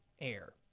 air